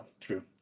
True